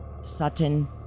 Sutton